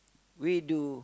we do